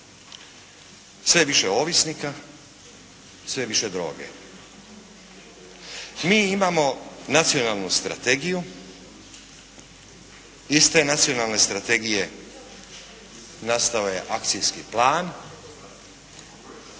je više ovisnika, sve je više droge. Mi imamo nacionalnu strategiju, iz te nacionalne strategije nastao je akcijski plan